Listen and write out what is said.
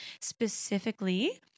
specifically